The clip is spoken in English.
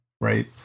right